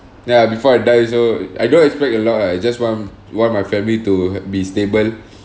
ya before I die also I don't expect a lot ah I just want want my family to be stable